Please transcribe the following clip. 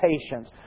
patience